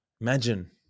imagine